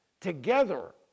together